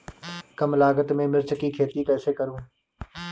कम लागत में मिर्च की खेती कैसे करूँ?